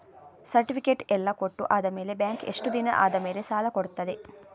Certificate ಎಲ್ಲಾ ಕೊಟ್ಟು ಆದಮೇಲೆ ಬ್ಯಾಂಕ್ ಎಷ್ಟು ದಿನ ಆದಮೇಲೆ ಸಾಲ ಕೊಡ್ತದೆ?